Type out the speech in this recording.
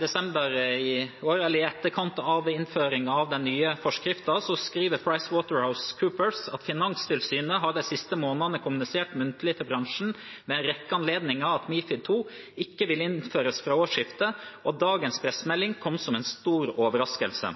desember i fjor, i etterkant av innføringen av den nye forskriften, skriver PricewaterhouseCoopers: «Finanstilsynet har de siste månedene kommunisert muntlig til bransjen ved en rekke anledninger at MiFID II ikke vil innføres fra årsskiftet, og dagens pressemelding kom som en stor overraskelse.»